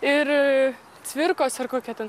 ir cvirkos ar kokia ten